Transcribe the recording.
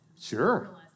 Sure